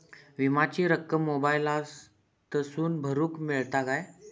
विमाची रक्कम मोबाईलातसून भरुक मेळता काय?